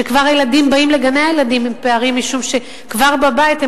שילדים כבר באים לגני-הילדים עם פערים משום שכבר בבית הם